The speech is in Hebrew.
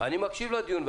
אני מקשיב לדיון.